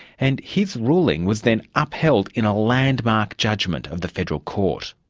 and his ruling was then upheld in a landmark judgement of the federal court.